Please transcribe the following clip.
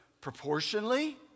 proportionally